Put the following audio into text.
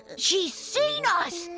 she's seen us,